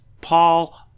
Paul